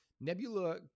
nebula